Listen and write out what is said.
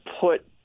put